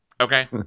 Okay